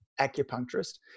acupuncturist